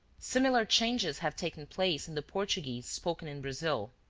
similar changes have taken place in the portuguese spoken in brazil.